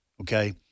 okay